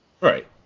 Right